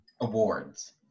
awards